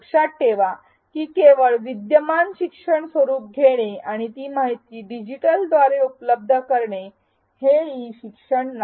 लक्षात ठेवा की केवळ विद्यमान शिक्षण स्वरूप घेणे आणि ती माहिती डिजिटलद्वारे उपलब्ध करणे ई शिक्षण नाही